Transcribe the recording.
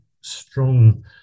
strong